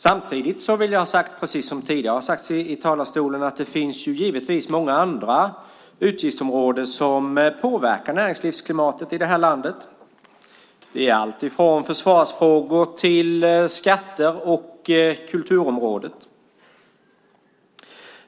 Samtidigt vill jag ha sagt - och det har sagts tidigare från talarstolen - att det givetvis finns många andra utgiftsområden som påverkar näringslivsklimatet i landet. Det är alltifrån försvarsfrågor till skatter och kulturområdet.